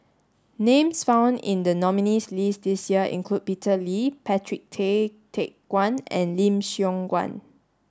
names found in the nominees' list this year include Peter Lee Patrick Tay Teck Guan and Lim Siong Guan